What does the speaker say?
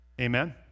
Amen